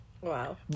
Wow